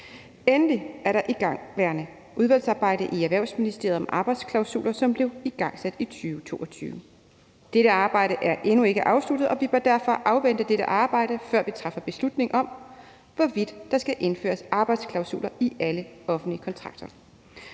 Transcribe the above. Endelig er der et igangværende udvalgsarbejde i Erhvervsministeriet omkring arbejdsklausuler, som blev igangsat i 2022. Dette arbejde er endnu ikke afsluttet, og vi bør derfor afvente dette arbejde, før vi træffer beslutning om, hvorvidt der skal indføres arbejdsklausuler i alle offentlige kontrakter.